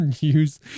use